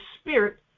spirit